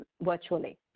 virtually